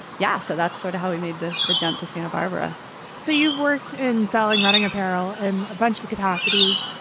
yeah. so that's sort of how it made the the jump to santa barbara so you've worked in selling running apparel and a bunch of capacities.